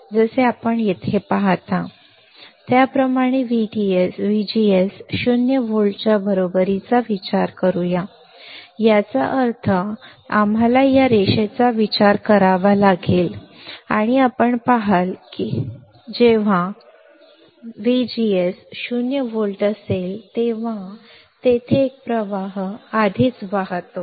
जसे आपण येथे पाहता त्याप्रमाणे आपण VGS 0 व्होल्टच्या बरोबरीचा विचार करूया याचा अर्थ आम्हाला या रेषेचा विचार करावा लागेल आणि आपण पहाल की जेव्हा VGS 0 व्होल्ट असेल तेव्हा तेथे एक प्रवाह आधीच वाहतो